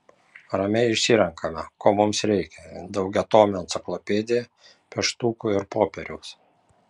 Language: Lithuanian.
ramiai išsirenkame ko mums reikia daugiatomę enciklopediją pieštukų ir popieriaus